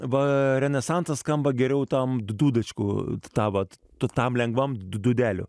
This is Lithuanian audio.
va renesansas skamba geriau tam dūdačkų tą vat tu tam lengvam dūdelių